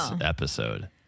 episode